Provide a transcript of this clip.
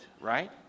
right